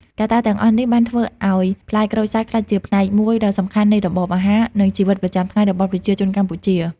កត្តាទាំងអស់នេះបានធ្វើឲ្យផ្លែក្រូចសើចក្លាយជាផ្នែកមួយដ៏សំខាន់នៃរបបអាហារ និងជីវិតប្រចាំថ្ងៃរបស់ប្រជាជនកម្ពុជា។